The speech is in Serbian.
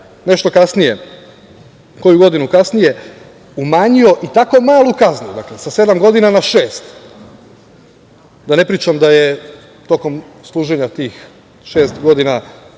nešto kasnije, koju godinu kasnije, umanjio i tako malu kaznu, sa sedam godina na šest. Da ne pričam da je tokom služenja tih šest godina